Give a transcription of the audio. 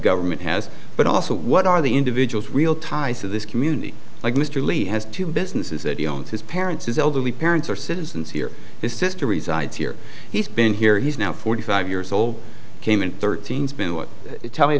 government has but also what are the individual's real ties to this community like mr li has two businesses that he owns his parents his elderly parents are citizens here his sister resides here he's been here he's now forty five years old came and thirteen's been what tell me